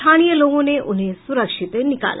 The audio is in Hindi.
स्थानीय लोगों ने उन्हें सुरक्षित निकाला